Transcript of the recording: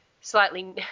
slightly